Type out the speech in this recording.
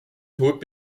tod